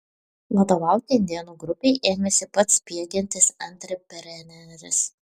vadovauti indėnų grupei ėmėsi pats spiegiantis antrepreneris